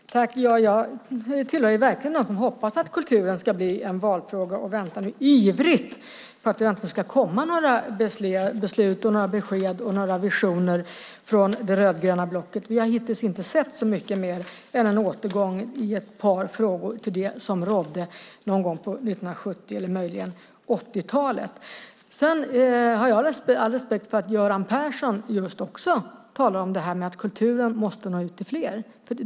Fru talman! Jag tillhör verkligen dem som hoppas att kulturen ska bli en valfråga och väntar nu ivrigt på att det äntligen ska komma några beslut, besked och visioner från det rödgröna blocket. Vi har hittills inte sett så mycket mer än en återgång i ett par frågor till det som rådde någon gång på 1970 eller möjligen 1980-talet. Jag har all respekt för att Göran Persson också talar om att kulturen måste nå ut till fler.